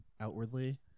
outwardly